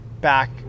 back